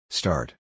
Start